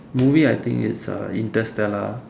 movie I think it's uh interstellar